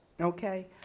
okay